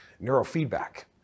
neurofeedback